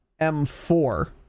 M4